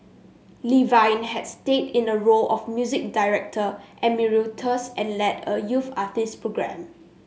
Levine had stayed in a role of music director emeritus and led a youth artist program